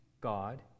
God